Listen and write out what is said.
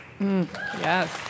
Yes